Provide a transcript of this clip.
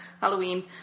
Halloween